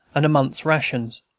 and a month's rations.